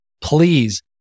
Please